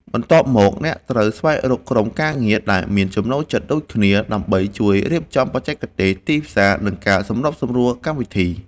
បន្ទាប់មក អ្នកត្រូវស្វែងរកក្រុមការងារដែលមានចំណូលចិត្តដូចគ្នា ដើម្បីជួយរៀបចំបច្ចេកទេស ទីផ្សារ និងការសម្របសម្រួលកម្មវិធី។